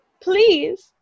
please